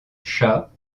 chats